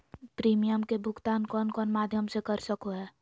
Premium के भुक्तान कौन कौन माध्यम से कर सको है?